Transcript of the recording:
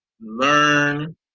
learn